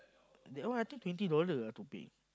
that one I think twenty dollar ah to pay